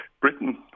Britain